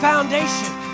foundation